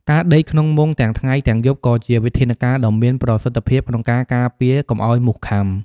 ការដេកក្នុងមុងទាំងថ្ងៃទាំងយប់ក៏ជាវិធានការដ៏មានប្រសិទ្ធភាពក្នុងការការពារកុំឲ្យមូសខាំ។